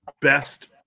best